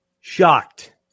shocked